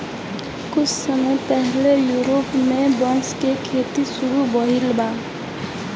कुछ बरिस पहिले यूरोप में बांस क खेती शुरू भइल बा